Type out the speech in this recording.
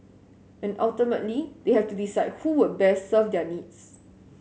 and ultimately they have to decide who would best serve their needs